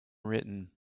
written